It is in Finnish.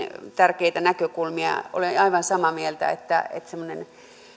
tärkeitä näkökulmia olen aivan samaa mieltä että semmoista